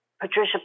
Patricia